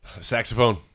saxophone